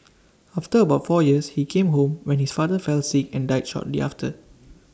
after about four years he came home when his father fell sick and died shortly after